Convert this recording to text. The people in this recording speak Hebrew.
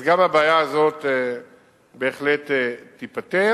אז גם הבעיה הזו בהחלט תיפתר.